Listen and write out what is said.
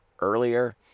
earlier